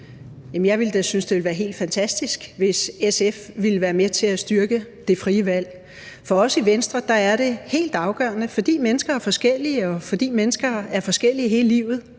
da synes, det ville være helt fantastisk, hvis SF ville være med til at styrke det frie valg. For os i Venstre er det helt afgørende – fordi mennesker er forskellige, og fordi mennesker er forskellige hele livet,